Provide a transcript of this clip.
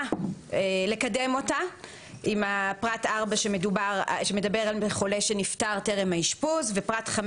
לקדם אותה עם פרט 4 שמדבר על חולה שנפטר טרם האשפוז ופרט 5